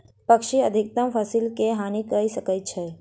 पक्षी अधिकतम फसिल के हानि कय सकै छै